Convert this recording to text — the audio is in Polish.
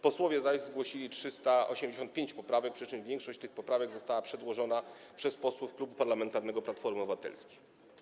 Posłowie zaś zgłosili 385 poprawek, przy czym większość tych poprawek została przedłożona przez posłów Klubu Parlamentarnego Platforma Obywatelska.